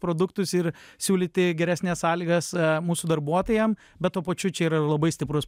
produktus ir siūlyti geresnes sąlygas mūsų darbuotojam bet tuo pačiu čia yra ir labai stiprus